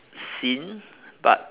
seen but